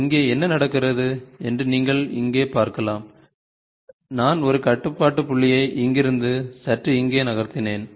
இங்கே என்ன நடக்கிறது என்று நீங்கள் இங்கே பார்க்கலாம் நான் ஒரு கட்டுப்பாட்டு புள்ளியை இங்கிருந்து சற்று இங்கே நகர்த்தினேன்